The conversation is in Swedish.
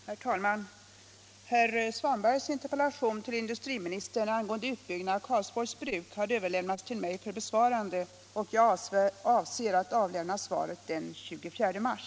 Herr talman! Herr Svanbergs interpellation till industriministern angående utbyggnad av Karlsborgs Bruk har överlämnats till mig för besvarande, och jag avser att avlämna svaret den 24 mars.